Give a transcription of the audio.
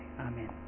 Amen